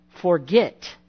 forget